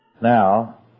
Now